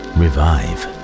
revive